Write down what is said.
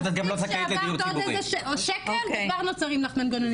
מספיק שעברת עוד איזה שקל וכבר נוצרים לך מנגנונים.